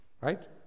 right